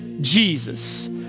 Jesus